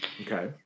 Okay